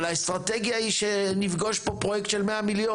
אבל האסטרטגיה היא שנפגוש פה פרויקט של 100 מיליון.